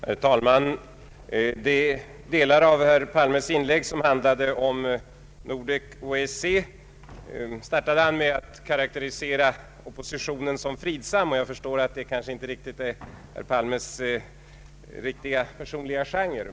Herr talman! I de delar av herr Palmes inlägg som handlade om Nordek och EEC startade han med att karakterisera oppositionen som fridsam. Jag förstår att det kanske inte riktigt är herr Palmes personliga genre.